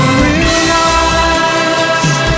realize